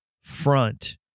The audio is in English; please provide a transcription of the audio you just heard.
front